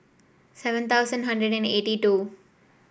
seven thousand hundred and eighty two